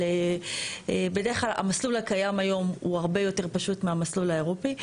אבל בדרך כלל המסלול הקיים היום הוא הרבה יותר פשוט מהמסלול האירופי.